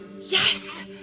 Yes